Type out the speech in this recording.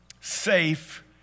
safe